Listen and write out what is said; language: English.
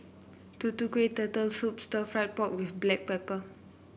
Tutu Kueh Turtle Soup Stir Fried Pork with Black Pepper